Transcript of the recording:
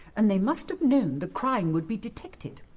and they must have known the crime would be detected!